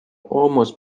almost